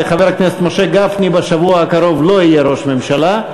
וחבר הכנסת משה גפני בשבוע הקרוב לא יהיה ראש ממשלה.